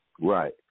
Right